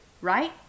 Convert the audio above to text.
right